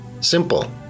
Simple